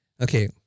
Okay